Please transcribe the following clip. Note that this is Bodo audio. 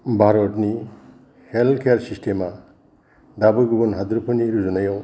भारतनि हेल्थकेयार सिस्तेम आ दाबो गुबुन हादरफोरनि रुजुनायाव